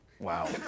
Wow